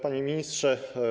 Panie Ministrze!